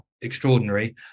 extraordinary